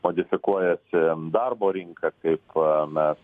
modifikuojasi darbo rinka kaip mes